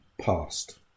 past